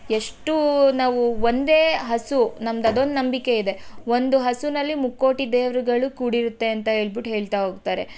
ಎಷ್ಟು ನಾವು ಒಂದೇ ಹಸು ನಮ್ದು ಅದೊಂದು ನಂಬಿಕೆ ಇದೆ ಒಂದು ಹಸುವಲ್ಲಿ ಮುಕ್ಕೋಟಿ ದೇವರುಗಳು ಕೂಡಿರುತ್ತೆ ಅಂತ ಹೇಳ್ಬುಟ್ಟು ಹೇಳ್ತಾ ಹೋಗ್ತಾರೆ